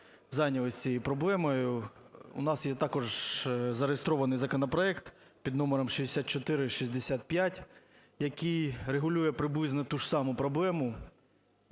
зайнялися цією проблемою. У нас є також зареєстрований законопроект під номером 6465, який регулює приблизно ту ж саму проблему,